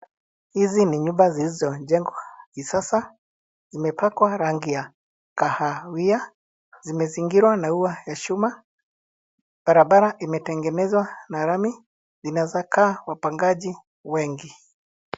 Hizi ni nyumba zilizojengwa kisasa. Imepakwa rangi ya kahawia. Imezingiriwa na ua ya chuma. Barabara imetengenezwa na lami, inaezaeka wapangaji wengi.